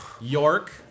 York